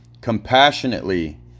compassionately